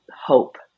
hope